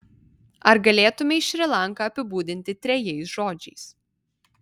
ar galėtumei šri lanką apibūdinti trejais žodžiais